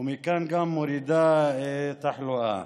ומכאן גם מורידה תחלואה.